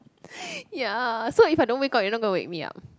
ya so if I don't wake up you're not gonna wake me up